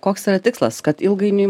koks yra tikslas kad ilgainiui